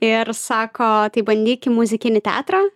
ir sako tai bandyk į muzikinį teatrą